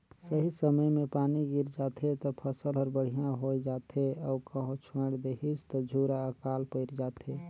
सही समय मे पानी गिर जाथे त फसल हर बड़िहा होये जाथे अउ कहो छोएड़ देहिस त झूरा आकाल पइर जाथे